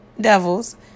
devils